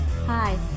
Hi